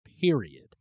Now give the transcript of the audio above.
Period